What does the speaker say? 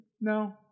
no